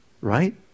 right